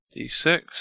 D6